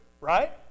right